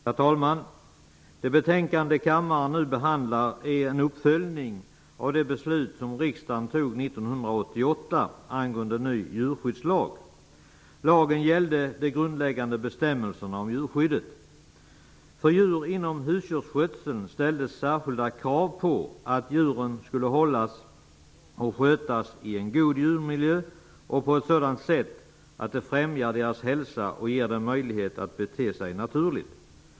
Herr talman! Det betänkande som kammaren nu behandlar är en uppföljning av det beslut som riksdagen fattade 1988 angående en ny djurskyddslag. Lagen gällde de grundläggande bestämmelserna om djurskyddet. När det gäller husdjursskötseln ställdes det särskilda krav på att djuren skall hållas och skötas i en god djurmiljö på ett sådant sätt att det främjar deras hälsa och ger dem möjlighet att bete sig naturligt.